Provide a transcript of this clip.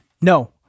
no